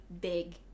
big